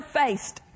faced